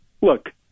look